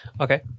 Okay